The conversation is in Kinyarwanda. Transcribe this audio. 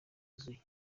yuzuye